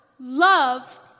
love